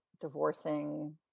divorcing